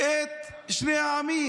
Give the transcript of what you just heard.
את שני העמים.